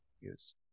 use